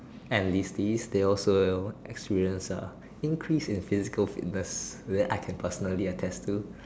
enlistees they also experience uh increase in physical fitness that I can personally attest to